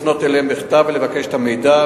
לפנות אליהן בכתב ולבקש את המידע.